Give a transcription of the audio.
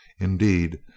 Indeed